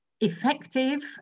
Effective